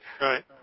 Right